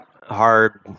hard